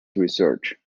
research